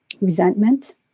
resentment